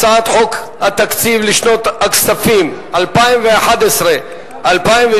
הצעת חוק התקציב לשנות הכספים 2011 ו-2012,